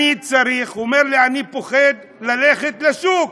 הוא אומר לי: אני פוחד ללכת לשוק.